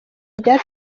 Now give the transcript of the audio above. rya